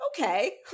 okay